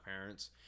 parents